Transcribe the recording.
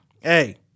hey